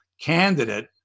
candidate